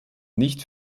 nicht